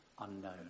Unknown